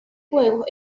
juegos